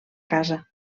casa